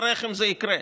אברך אם זה יקרה.